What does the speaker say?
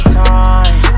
time